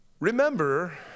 Remember